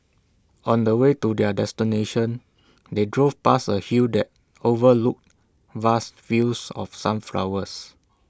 on the way to their destination they drove past A hill that overlooked vast fields of sunflowers